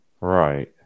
right